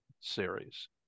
series